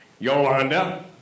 Yolanda